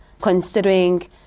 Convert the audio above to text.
considering